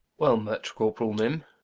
well met corporall nym